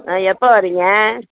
ஆ எப்போ வர்றீங்க